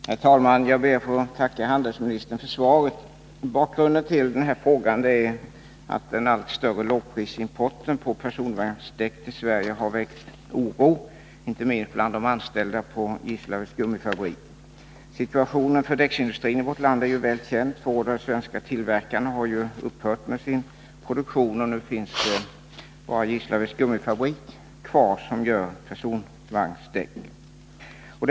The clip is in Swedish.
Herr talman! Jag ber att få tacka handelsministern för svaret. Bakgrunden till min fråga är att den allt större lågprisimporten av personvagnsdäck till Sverige har väckt oro, inte minst bland de anställda på Gislaveds gummifabrik. Situationen för däcksindustrin i vårt land är väl känd. Två av de svenska tillverkarna har ju upphört med sin produktion, och vi har nu bara en tillverkare av personvagnsdäck kvar, Gislaveds gummifabrik.